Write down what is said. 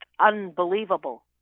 unbelievable